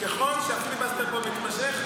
--- ככל שהפיליבסטר פה מתמשך,